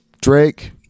Drake